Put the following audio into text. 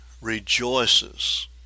rejoices